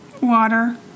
Water